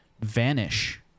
vanish